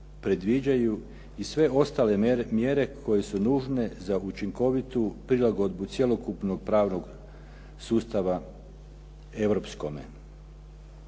predviđaju i sve ostale mjere koje su nužne za učinkovitu prilagodbu cjelokupnog pravnog sustava europskome.